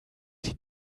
sie